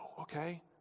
okay